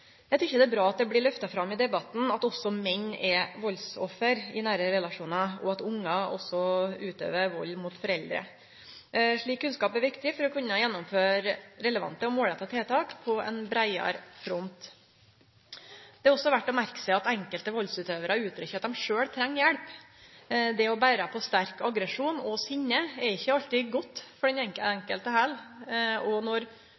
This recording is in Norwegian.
det er bra at det blir lyfta fram i debatten at også menn er valdsoffer i nære relasjonar, og at unge brukar vald mot foreldre. Slik kunnskap er viktig for å kunne gjennomføre relevante, målretta tiltak på ein breiare front. Det er også verdt å merke seg at enkelte valdsutøvarar gjev uttrykk for at dei treng hjelp sjølve. Det å bere på sterk aggresjon og sinne er ikkje godt for den enkelte heller, og når